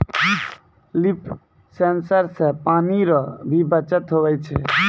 लिफ sensor से पानी रो भी बचत हुवै छै